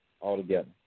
altogether